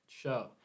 show